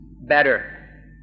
better